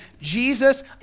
Jesus